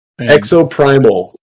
Exoprimal